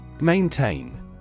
Maintain